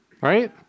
right